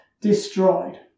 destroyed